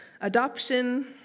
adoption